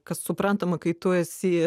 kas suprantama kai tu esi